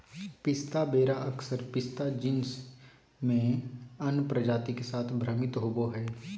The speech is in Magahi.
पिस्ता वेरा अक्सर पिस्ता जीनस में अन्य प्रजाति के साथ भ्रमित होबो हइ